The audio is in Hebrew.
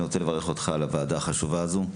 אני רוצה לברך אותך על הוועדה החשובה הזו,